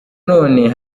none